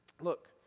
Look